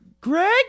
Greg